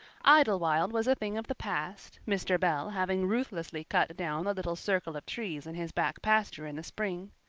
idlewild was a thing of the past, mr. bell having ruthlessly cut down the little circle of trees in his back pasture in the spring.